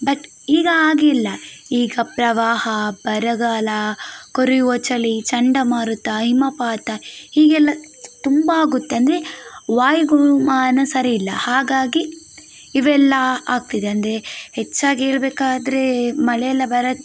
but ಈಗ ಹಾಗಿಲ್ಲ ಈಗ ಪ್ರವಾಹ ಬರಗಾಲ ಕೊರೆಯುವ ಚಳಿ ಚಂಡಮಾರುತ ಹಿಮಪಾತ ಹೀಗೆಲ್ಲ ತುಂಬ ಆಗುತ್ತೆ ಅಂದರೆ ವಾಯು ಗು ಮಾನ ಸರಿಯಿಲ್ಲ ಹಾಗಾಗಿ ಇವೆಲ್ಲ ಆಗ್ತಿದೆ ಅಂದರೆ ಹೆಚ್ಚಾಗಿ ಹೇಳ್ಬೇಕಾದ್ರೆ ಮಳೆ ಎಲ್ಲ ಬರ